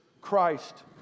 Christ